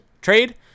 trade